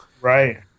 Right